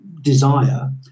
desire